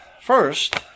first